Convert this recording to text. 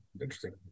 interesting